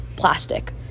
Plastic